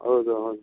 ಹೌದು ಹಾಂ